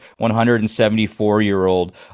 174-year-old